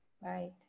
right